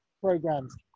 programs